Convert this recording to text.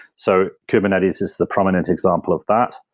so kubernetes is the prominent example of that.